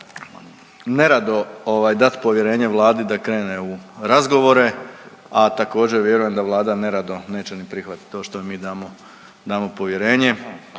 nerado dat povjerenje Vladi da krene u razgovore, a također vjerujem da Vlada nerado neće ni prihvatiti to što joj mi damo povjerenje,